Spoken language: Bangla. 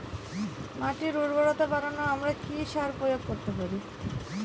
মাটির উর্বরতা বাড়াতে আমরা কি সার প্রয়োগ করতে পারি?